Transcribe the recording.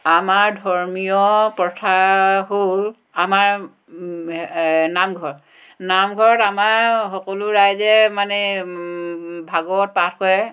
আমাৰ ধৰ্মীয় প্ৰথা হ'ল আমাৰ নামঘৰ নামঘৰত আমাৰ সকলো ৰাইজে মানে ভাগৱত পাঠ কৰে